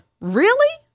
Really